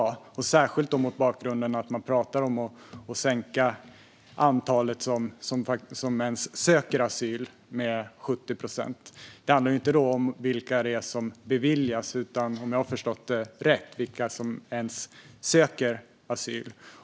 Det gäller särskilt mot bakgrunden att man talar om att sänka antalet som ens söker asyl i Sverige med 70 procent. Det handlar alltså inte om vilka som beviljas asyl, om jag har förstått det rätt, utan om vilka som ens söker asyl.